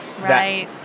Right